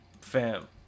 fam